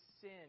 sin